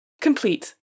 complete